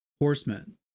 horsemen